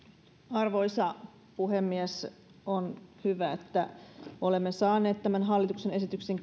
arvoisa puhemies on hyvä että olemme saaneet tämän hallituksen esityksen